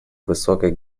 высокой